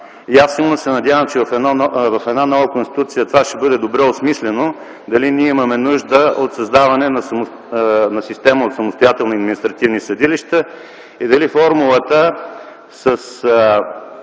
и аз силно се надявам, че в една нова Конституция това ще бъде добре осмислено – дали ние имаме нужда от създаване на система от самостоятелни административни съдилища и дали формулата със